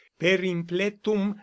perimpletum